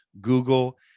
Google